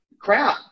crap